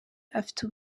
afite